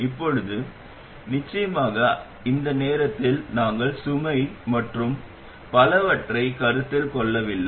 இப்போது நிச்சயமாக அந்த நேரத்தில் நாங்கள் சுமை மற்றும் பலவற்றைக் கருத்தில் கொள்ளவில்லை